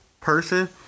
person